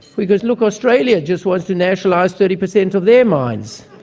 because look, australia just wants to nationalise thirty per cent of their mines.